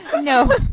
No